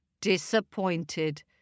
disappointed